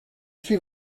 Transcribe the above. suis